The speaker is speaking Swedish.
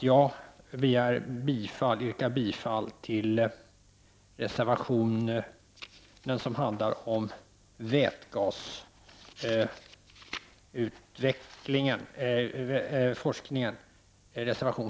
Jag yrkar bifall till reservation 40 som handlar om vätgasforskningen.